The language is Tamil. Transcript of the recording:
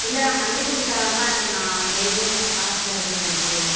இல்லை நான் மல்லிகைப்பூ வித்தால் தான்ப்பா எனக்கு நான் டெய்லியும் காசு கிடைக்கும் எனக்கு